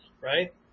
right